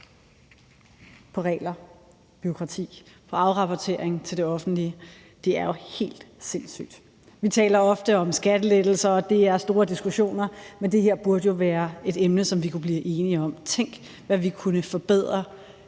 på regler, bureaukrati og afrapportering til det offentlige. Det er jo helt sindssygt. Vi taler ofte om skattelettelser, og det er store diskussioner, men det her burde jo være et emne, som vi kunne blive enige om. Tænk, hvad vi kunne forbedre